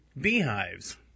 beehives